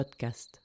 podcast